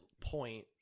point